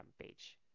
page